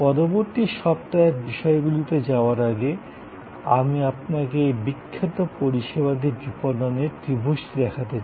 পরবর্তী সপ্তাহের বিষয়গুলিতে যাওয়ার আগে আমি আপনাকে এই বিখ্যাত পরিষেবাদি বিপণনের ত্রিভুজটি দেখতে চাই